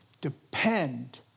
depend